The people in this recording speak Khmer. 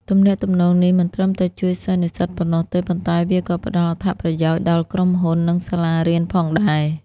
ទំនាក់ទំនងនេះមិនត្រឹមតែជួយសិស្សនិស្សិតប៉ុណ្ណោះទេ ប៉ុន្តែវាក៏ផ្តល់អត្ថប្រយោជន៍ដល់ក្រុមហ៊ុន និងសាលារៀនផងដែរ។